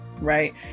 right